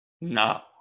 No